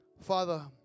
Father